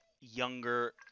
younger